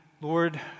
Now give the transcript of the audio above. Lord